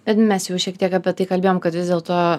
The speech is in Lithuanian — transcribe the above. bet mes jau šiek tiek apie tai kalbėjom kad vis dėlto